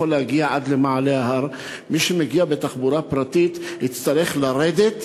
להגיע עד למעלה ההר ומי שמגיע בתחבורה פרטית יצטרך לרדת,